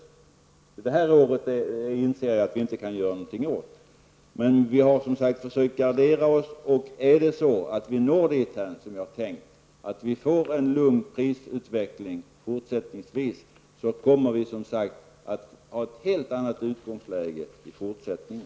Inflationen under det här året inser jag att vi inte kan göra något åt. Vi har som sagt försökt gardera oss och är det så att vi når dit som jag har tänkt -- en lugn prisutveckling fortsättningsvis -- kommer vi som sagt att ha en helt annan utgångspunkt i fortsättningen.